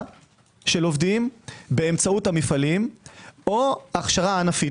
של עובדים באמצעות המפעלים או הכשרה ענפית.